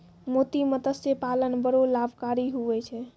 मोती मतस्य पालन बड़ो लाभकारी हुवै छै